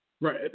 Right